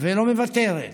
ולא מוותרת.